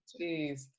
Jeez